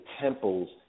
temples